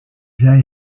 zij